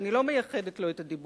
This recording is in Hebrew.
שאני לא מייחדת לו את הדיבור,